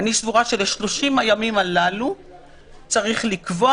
אני סבורה של-30 הימים הללו צריך לקבוע